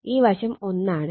ഈ വശം 1 ആണ്